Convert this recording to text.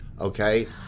Okay